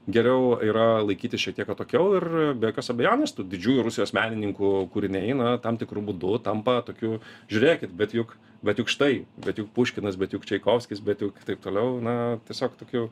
geriau yra laikytis šiek tiek atokiau ir be jokios abejonės tų didžiųjų rusijos menininkų kūriniai na tam tikru būdu tampa tokiu žiūrėkit bet juk bet juk štai bet juk puškinas bet juk čaikovskis bet juk taip toliau na tiesiog tokiu